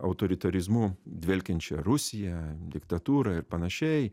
autoritarizmu dvelkiančią rusiją diktatūrą ir panašiai